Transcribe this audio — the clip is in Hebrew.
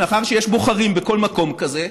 מאחר שיש בוחרים בכל מקום כזה,